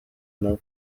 nabo